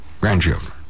Grandchildren